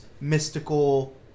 mystical